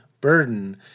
burden